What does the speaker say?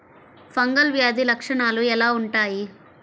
Fungal వ్యాధి లక్షనాలు ఎలా వుంటాయి?